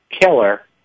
killer